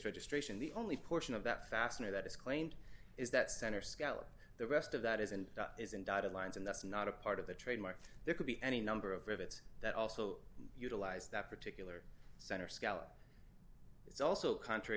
registration the only portion of that fastener that is claimed is that center skull the rest of that is and is in dotted lines and that's not a part of the trademark there could be any number of rivets that also utilize that particular center scalp it's also contrary